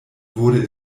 wurde